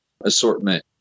assortment